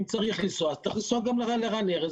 אם צריך לנסוע, אז צריך לנסוע לרן ארז.